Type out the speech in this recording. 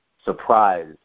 Surprise